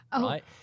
Right